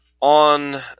on